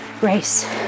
grace